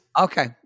Okay